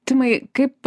timai kaip